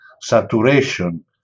saturation